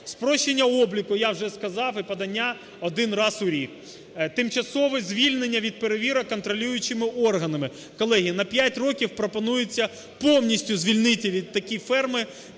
Спрощення обліку, я вже сказав, і подання один раз у рік. Тимчасове звільнення від перевірок контролюючими органами. Колеги, на 5 років пропонується повністю звільнити такі ферми